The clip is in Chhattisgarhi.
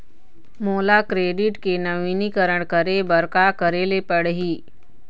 मोला क्रेडिट के नवीनीकरण करे बर का करे ले पड़ही?